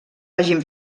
hagin